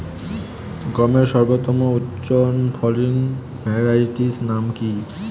গমের সর্বোত্তম উচ্চফলনশীল ভ্যারাইটি নাম কি?